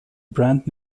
brand